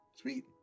Sweet